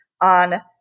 on